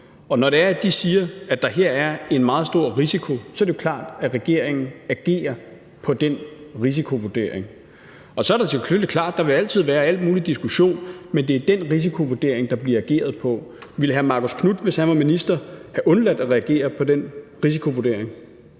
og når de siger, at der her er en meget stor risiko, så er det jo klart, at regeringen agerer på den risikovurdering. Så er det selvfølgelig klart, at der altid vil være al mulig diskussion, men det er den risikovurdering, der bliver ageret på. Ville hr. Marcus Knuth, hvis han var minister, have undladt at reagere på den risikovurdering?